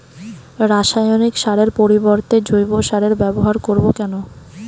রাসায়নিক সারের পরিবর্তে জৈব সারের ব্যবহার করব কেন?